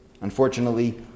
Unfortunately